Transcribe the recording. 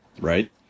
right